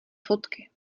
fotky